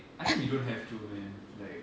I think we don't have to man like